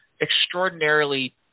extraordinarily